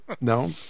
no